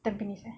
tampines eh